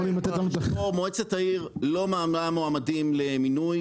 מועצת העיר לא ממנה מועמדים למינוי